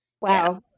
Wow